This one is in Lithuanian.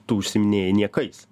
tu užsiiminėji niekais